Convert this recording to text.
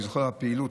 אני זוכר את הפעילות,